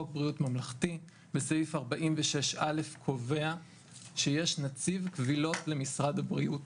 חוק בריאות ממלכתי בסעיף 46א קובע שיש נציב קבילות למשרד הבריאות